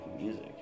music